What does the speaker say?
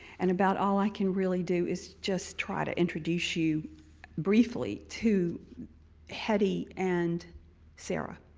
and about all i can really do is just try to introduce you briefly to hetty and sarah.